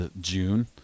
June